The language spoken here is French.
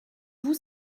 vous